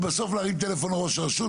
זה בסוף להרים טלפון לראש הרשות,